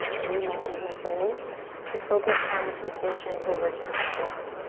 reminds my brain to focus on sensation over just the shape.